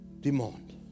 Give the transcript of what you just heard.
demand